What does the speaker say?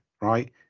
right